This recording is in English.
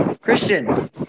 Christian